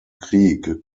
krieg